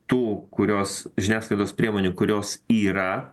tų kurios žiniasklaidos priemonių kurios yra